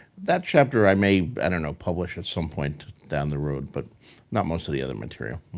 that chapter i may, i don't know, publish at some point down the road, but not most of the other material.